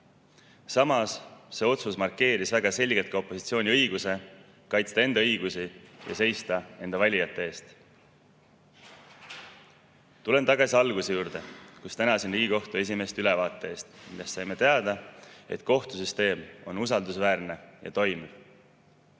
Samas markeeris see otsus väga selgelt ka opositsiooni õiguse kaitsta enda õigusi ja seista enda valijate eest. Tulen tagasi alguse juurde, kus tänasin Riigikohtu esimeest ülevaate eest. Me saime teada, et kohtusüsteem on usaldusväärne ja toimiv.